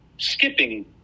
skipping